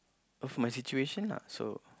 of my situation lah so